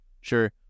Sure